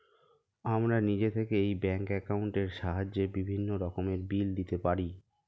আমরা নিজে থেকেই ব্যাঙ্ক অ্যাকাউন্টের সাহায্যে বিভিন্ন রকমের বিল দিতে পারি